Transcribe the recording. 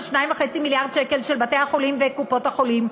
2.5 מיליארד שקל של בתי-החולים וקופות-החולים,